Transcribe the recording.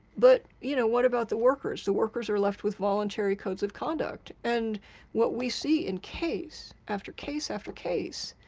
but you know what about the workers? the workers are left with voluntary codes of conduct. and what we see, in case, after case, after case,